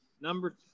Number